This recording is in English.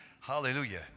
Hallelujah